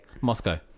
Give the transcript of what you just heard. Moscow